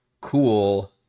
cool